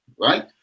right